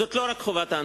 זאת לא רק חובת ההנצחה.